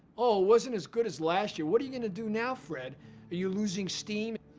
oh, it wasn't as good as last year. what are you gonna do now, fred? are you losing steam?